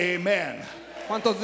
amen